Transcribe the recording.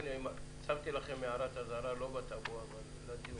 שמתי לכם הערת אזהרה לא בטאבו אבל לדיון.